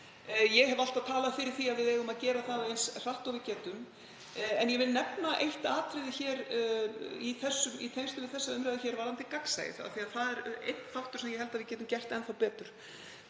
Ég hef alltaf talað fyrir því að við eigum að gera það eins hratt og við getum. Ég vil nefna eitt atriði í tengslum við þessa umræðu varðandi gagnsæið af því að það er einn þáttur sem ég held að við getum sinnt enn betur.